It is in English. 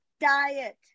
diet